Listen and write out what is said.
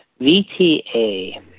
VTA